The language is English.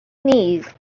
knees